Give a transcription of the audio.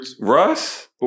Russ